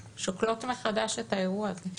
שוקלות מחדש את האירוע הזה.